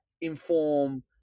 inform